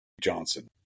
Johnson